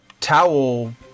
towel